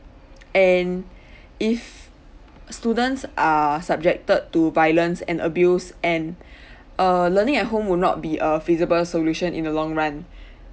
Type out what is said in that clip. and if students are subjected to violence and abuse and err learning at home would not be a feasible solution in a long run